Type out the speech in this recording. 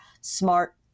smart